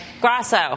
Grasso